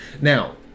Now